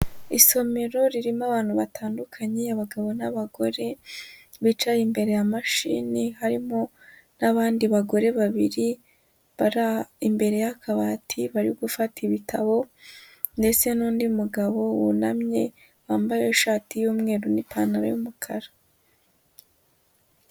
Isomero ririmo abantu batandukanye, abagabo n'abagore, bicaye imbere ya mashini, harimo n'abandi bagore babiri, bari imbere y'akabati, bari gufata ibitabo ndetse n'undi mugabo wunamye, wambaye ishati y'umweru n'ipantaro y'umukara.